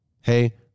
Hey